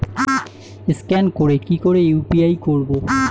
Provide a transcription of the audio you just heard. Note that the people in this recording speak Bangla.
স্ক্যান করে কি করে ইউ.পি.আই করবো?